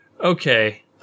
Okay